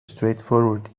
straightforward